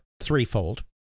threefold